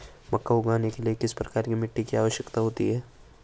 मक्का उगाने के लिए किस प्रकार की मिट्टी की आवश्यकता होती है?